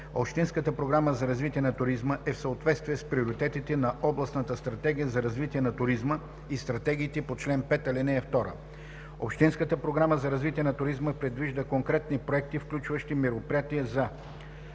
Общинската програма за развитие на туризма е в съответствие с приоритетите на областната стратегия за развитие на туризма и стратегиите по чл. 5, ал. 2. Общинската програма за развитие на туризма предвижда конкретни проекти, включващи мероприятия за:“